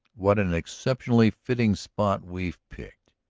what an exceptionally fitting spot we've picked!